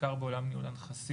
בעיקר בעולם הנכסים,